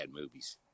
movies